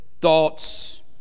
thoughts